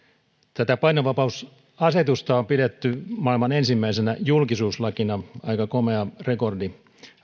tätä painovapausasetusta on pidetty maailman ensimmäisenä julkisuuslakina aika komea rekordi